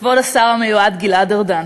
כבוד השר המיועד גלעד ארדן,